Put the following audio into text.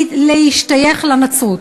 להשתייך לנצרות.